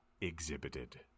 exhibited